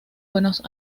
buenos